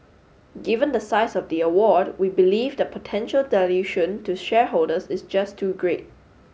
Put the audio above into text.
given the size of the award we believe the potential dilution to shareholders is just too great